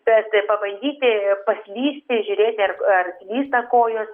bet pabandyti paslysti žiūrėti ar ar slysta kojos